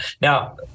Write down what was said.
Now